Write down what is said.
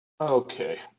Okay